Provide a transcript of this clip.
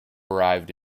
arrived